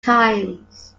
times